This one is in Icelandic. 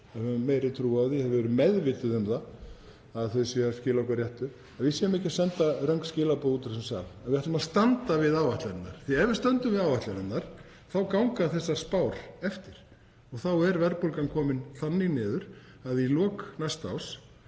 meiri trú á því og við erum meðvituð um að þau séu nú að skila okkar réttu — að við séum ekki að senda röng skilaboð úr þessum sal. Við ætlum að standa við áætlanirnar því að ef við stöndum við áætlanirnar ganga þessar spár eftir. Þá er verðbólgan komin þannig niður að í lok næsta árs